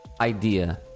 idea